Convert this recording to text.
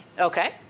Okay